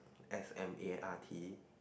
S_M_A_R_T